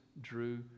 drew